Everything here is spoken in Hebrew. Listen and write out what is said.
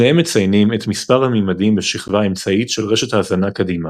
שניהם מציינים את מספר הממדים בשכבה האמצעית של רשת ההזנה קדימה.